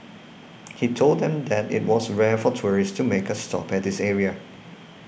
he told them that it was rare for tourists to make a stop at this area